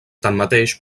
tanmateix